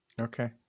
Okay